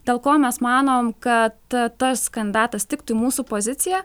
dėl ko mes manom kad tas kandidatas tiktų į mūsų poziciją